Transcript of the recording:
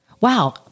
wow